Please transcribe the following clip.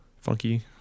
funky